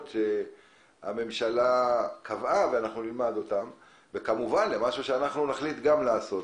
שהממשלה קבעה ולמה שאנחנו נחליט לעשות,